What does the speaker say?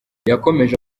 yakomeje